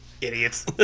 Idiots